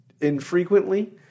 infrequently